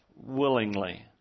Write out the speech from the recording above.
willingly